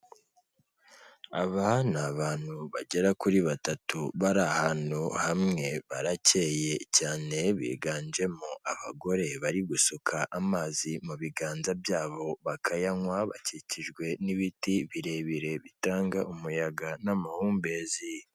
Aba ni abantu bagera kuri batatu bari ahantu hamwe baracyeye cyane, biganjemo abagore bari gusuka amazi mu biganza byabo bakayanywa, bakikijwe n'ibiti birebire bitanga umuyaga n'amahumbezi.